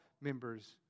members